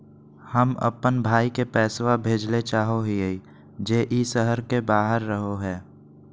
हम अप्पन भाई के पैसवा भेजल चाहो हिअइ जे ई शहर के बाहर रहो है